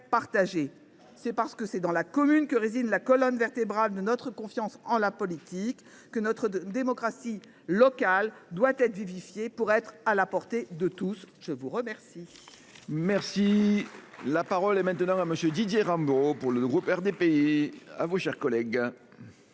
C’est parce que la commune est la colonne vertébrale de notre confiance en la politique que notre démocratie locale doit être vivifiée pour être à la portée de tous. La parole